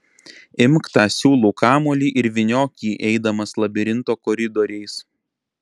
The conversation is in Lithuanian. imk tą siūlų kamuolį ir vyniok jį eidamas labirinto koridoriais